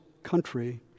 country